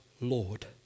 Lord